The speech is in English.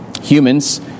Humans